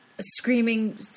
screaming